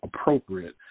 appropriate